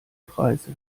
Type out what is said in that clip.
preise